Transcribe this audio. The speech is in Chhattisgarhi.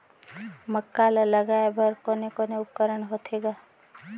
मक्का ला लगाय बर कोने कोने उपकरण होथे ग?